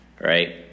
right